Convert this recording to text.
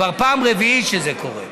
כבר פעם רביעית שזה קורה.